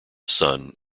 son